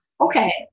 okay